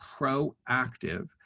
proactive